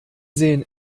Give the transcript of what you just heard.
sehen